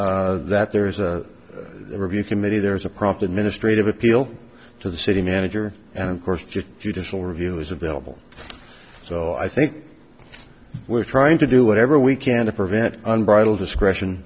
in that there is a review committee there is a proper administrative appeal to the city manager and of course just judicial review is available so i think we're trying to do whatever we can to prevent unbridled discretion